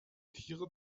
tiere